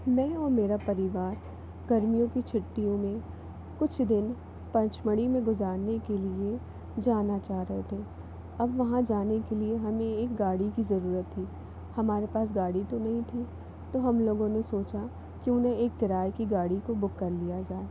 मैं और मेरा परिवार गर्मियों की छुट्टियों में कुछ दिन पंचमढ़ी में गुज़ारने के लिए जाना चाह रहे थे अब वहाँ जाने के लिए हमें एक गाड़ी की ज़रूरत थी हमारे पास गाड़ी तो नहीं थी तो हम लोगो ने सोचा क्यों ना एक किराए की गाड़ी को बुक कर लिया जाए